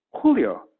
Julio